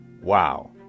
wow